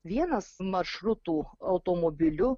vienas maršrutų automobiliu